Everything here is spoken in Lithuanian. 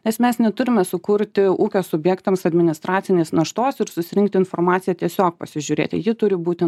nes mes neturime sukurti ūkio subjektams administracinės naštos ir susirinkti informaciją tiesiog pasižiūrėti ji turi būti